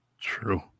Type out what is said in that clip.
True